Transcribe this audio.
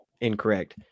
incorrect